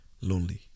lonely